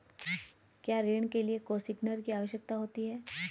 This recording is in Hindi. क्या ऋण के लिए कोसिग्नर की आवश्यकता होती है?